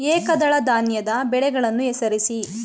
ಏಕದಳ ಧಾನ್ಯದ ಬೆಳೆಗಳನ್ನು ಹೆಸರಿಸಿ?